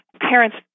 parents